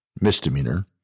misdemeanor